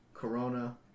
Corona